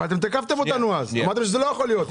אבל תקפתם אותנו אז, אמרתם שזה לא יכול להיות.